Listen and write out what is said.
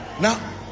Now